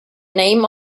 name